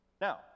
Now